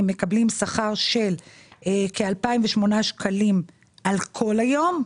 הם מקבלים שכר של כ-2,008 שקלים על כל היום.